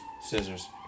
scissors